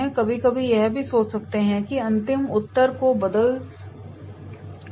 कभी कभी हम यह भी सोच सकते हैं कि हम अंतिम उत्तर को बदल सकते हैं